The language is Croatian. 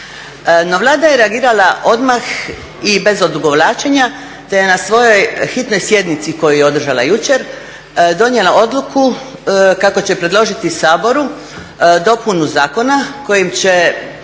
No Vlada je reagirala odmah i bez odugovlačenja te je na svojoj hitnoj sjednici koju je održala jučer donijela odluku kako će predložiti Saboru dopunu zakona kojim će